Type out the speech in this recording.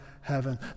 heaven